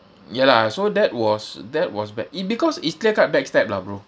ya lah so that was that was bad it because it's clear cut backstab lah bro